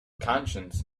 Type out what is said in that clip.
conscience